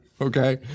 Okay